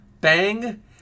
Bang